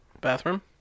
bathroom